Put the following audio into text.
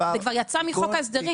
זה כבר יצא מחוק ההסדרים.